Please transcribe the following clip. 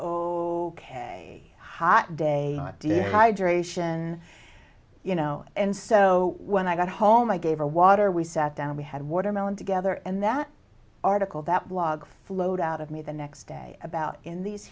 k hot day hydration you know and so when i got home i gave her water we sat down we had watermelon together and that article that blog flowed out of me the next day about in th